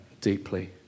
deeply